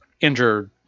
injured